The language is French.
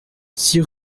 six